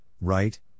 right